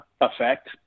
effect